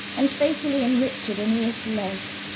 and fatally enrich'd aeneas' love,